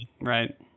right